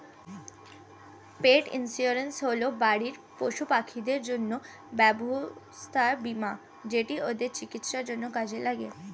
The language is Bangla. পেট ইন্সুরেন্স হল বাড়ির পশুপাখিদের জন্য স্বাস্থ্য বীমা যেটা ওদের চিকিৎসার জন্য কাজে লাগে